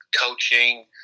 coaching